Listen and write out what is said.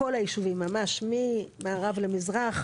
כל הישובים ממערב למזרח,